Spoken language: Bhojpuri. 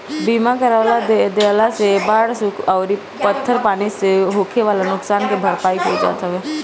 बीमा करवा देहला से बाढ़ सुखा अउरी पत्थर पानी से होखेवाला नुकसान के भरपाई हो जात हवे